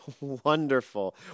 Wonderful